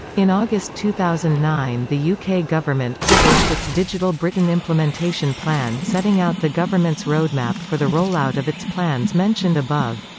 in august two thousand and nine the yeah uk government published its digital britain implementation plan setting out the government's roadmap for the rollout of its plans mentioned above.